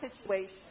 situation